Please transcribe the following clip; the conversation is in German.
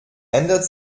ändert